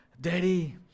Daddy